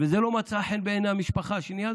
וזה לא מצא חן בעיני המשפחה השנייה,